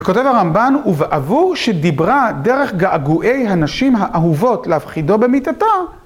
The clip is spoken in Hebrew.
כותב הרמב״ן ובעבור שדיברה דרך געגועי הנשים האהובות להפחידו במיתתו.